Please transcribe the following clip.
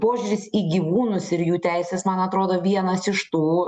požiūris į gyvūnus ir į jų teises man atrodo vienas iš tų